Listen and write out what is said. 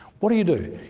what do you do?